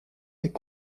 est